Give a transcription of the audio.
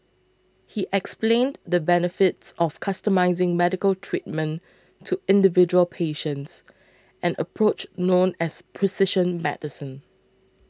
he explained the benefits of customising medical treatment to individual patients an approach known as precision medicine